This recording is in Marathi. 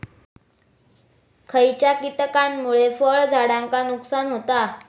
खयच्या किटकांमुळे फळझाडांचा नुकसान होता?